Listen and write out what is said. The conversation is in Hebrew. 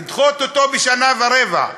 לדחות אותו בשנה ורבע.